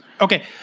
Okay